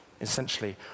Essentially